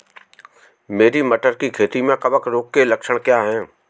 मेरी मटर की खेती में कवक रोग के लक्षण क्या हैं?